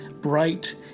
bright